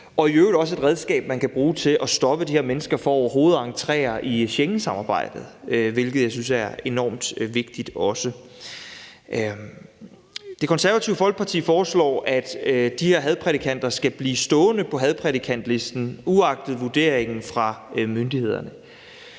og i øvrigt også et redskab, man kan bruge til at stoppe de her mennesker fra overhovedet at entrere inden for Schengensamarbejdet, hvilket jeg også synes er enormt vigtigt. Det Konservative Folkeparti foreslår, at de her hadprædikanter skal blive stående på hadprædikantlisten uagtet vurderingen fra myndighederne.